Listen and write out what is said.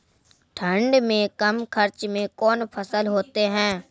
ठंड मे कम खर्च मे कौन फसल होते हैं?